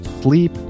sleep